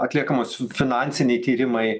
atliekamas finansiniai tyrimai